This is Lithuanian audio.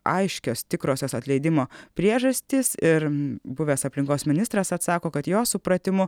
aiškios tikrosios atleidimo priežastys ir buvęs aplinkos ministras atsako kad jo supratimu